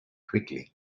quickly